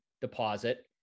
deposit